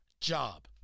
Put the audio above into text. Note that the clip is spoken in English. job